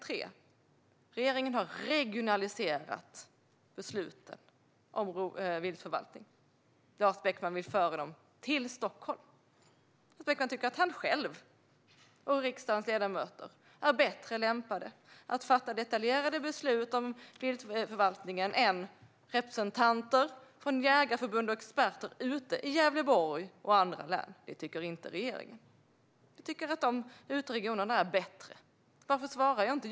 Regeringen har regionaliserat besluten om viltförvaltning, men Lars Beckman vill föra dem till Stockholm. Lars Beckman tycker att han själv och riksdagens ledamöter är bättre lämpade att fatta detaljerade beslut om viltförvaltningen än representanter från Jägareförbundet och experter i Gävleborg och andra län. Det tycker inte regeringen. Vi tycker att regionerna där ute är bättre lämpade. Varför svarar jag inte?